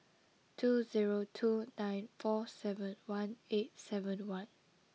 two zero two nine four seven one eight seven one